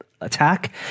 attack